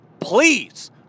please